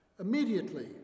Immediately